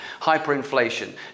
Hyperinflation